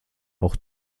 auch